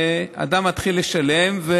שאדם מתחיל לשלם,